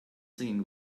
singing